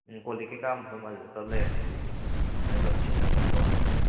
ꯎꯝ ꯀꯣꯂꯤꯛ ꯀꯩꯀꯥ ꯃꯐꯝ ꯑꯗꯨꯗ ꯄꯨꯂꯞ ꯂꯩꯔꯅꯤ ꯑꯗꯨꯒꯤꯗꯤ ꯑꯩꯈꯣꯏꯅ ꯄꯨꯂꯞ ꯁꯤꯜꯂꯒ ꯄꯨꯂꯞ ꯊꯃꯝꯃꯅꯤ